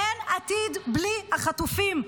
אין עתיד בלי החטופים.